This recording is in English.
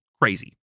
crazy